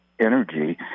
energy